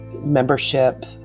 membership